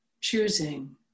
choosing